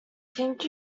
think